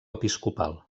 episcopal